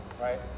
Right